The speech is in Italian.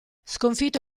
sconfitto